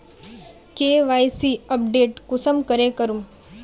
KYC update कुंसम करे करूम?